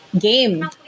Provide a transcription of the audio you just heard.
Game